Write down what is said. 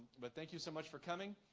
but thank you so much for coming.